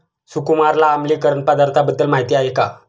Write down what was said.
सुकुमारला आम्लीकरण पदार्थांबद्दल माहिती आहे का?